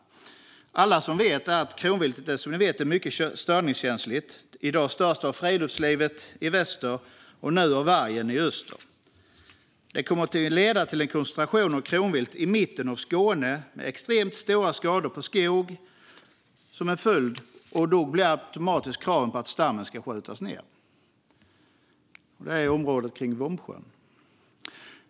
Kronviltet är som ni vet mycket störningskänsligt. Det störs i dag av friluftslivet i väster och av vargen i öster. Det kommer att leda till en koncentration av kronvilt i mitten av Skåne med extremt stora skador på skog som följd. Då kommer automatiskt krav på att stammen skjuts av. Det gäller området kring Vombsjön.